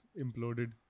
imploded